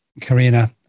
Karina